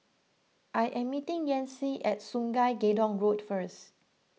I am meeting Yancy at Sungei Gedong Road first